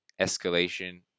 escalation